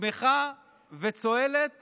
שמחה וצוהלת